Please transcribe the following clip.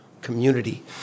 community